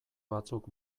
batzuk